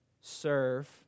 serve